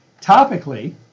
Topically